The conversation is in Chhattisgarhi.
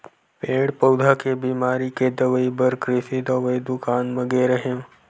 पेड़ पउधा के बिमारी के दवई बर कृषि दवई दुकान म गे रेहेंव